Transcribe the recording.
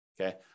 Okay